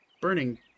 burning